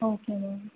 okay ma'am